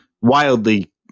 wildly